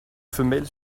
femelle